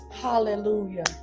hallelujah